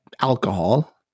alcohol